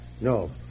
No